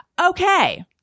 Okay